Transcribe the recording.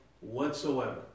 whatsoever